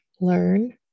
learn